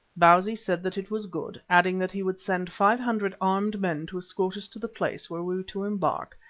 bausi said that it was good, adding that he would send five hundred armed men to escort us to the place where we were to embark,